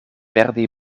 perdi